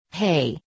Hey